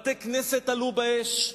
בתי-כנסת עלו באש,